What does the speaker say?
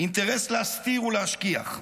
אינטרס להסתיר ולהשכיח.